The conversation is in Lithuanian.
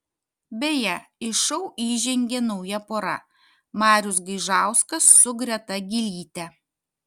beje į šou įžengė nauja pora marius gaižauskas su greta gylyte